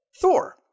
Thor